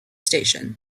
station